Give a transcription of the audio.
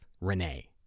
Renee